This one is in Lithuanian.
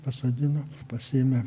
pasodino pasiėmė